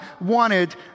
wanted